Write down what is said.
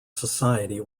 society